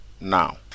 now